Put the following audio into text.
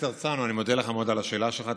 אני מודה לך מאוד על השאלה שלך,